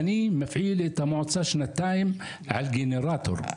אני מפעיל את המועצה שנתיים על גנרטור.